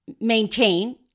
maintain